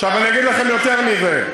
אני אגיד לכם יותר מזה.